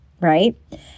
right